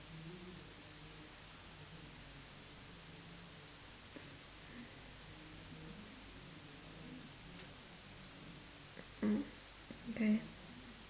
mm K